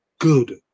Good